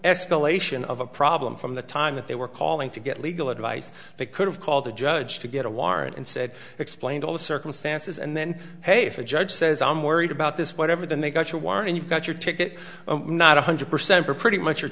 escalation of a problem from the time that they were calling to get legal advice they could have called the judge to get a warrant and said explained all the circumstances and then hey if a judge says i'm worried about this whatever then they've got your wine and you've got your ticket not one hundred percent or pretty much your